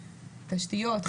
תשתיות,